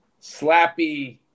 slappy